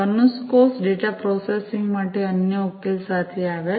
કરનુસકોસ data processing માટે અન્ય ઉકેલ સાથે આવ્યા